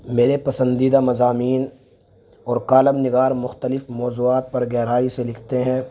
میرے پسندیدہ مضامین اور کالم نگار مختلف موضوعات پر گہرائی سے لکھتے ہیں